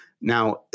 Now